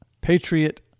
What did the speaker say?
Patriot